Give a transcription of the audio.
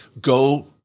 Go